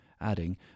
adding